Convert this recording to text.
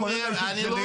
כולל אנשים שלי.